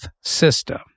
system